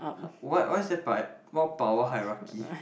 what what's that part what power heirarchy